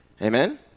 Amen